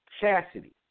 chastity